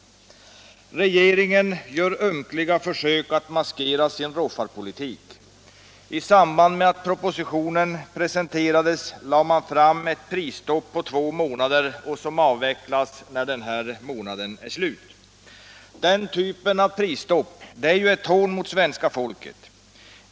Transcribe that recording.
Regeringen gör ömkliga försök att maskera sin roffarpolitik. I samband med att propositionen presenterades införde man ett prisstopp på två månader, som avvecklas när den här månaden är slut. Den typen av prisstopp är ett hån mot svenska folket.